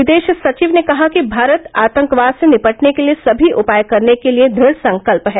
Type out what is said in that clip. विदेश सचिव ने कहा कि भारत आतंकवाद से निपटने के लिए सभी उपाय करने के लिए दृढ़ संकल्प है